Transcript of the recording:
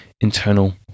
internal